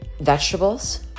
vegetables